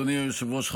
אדוני היושב-ראש.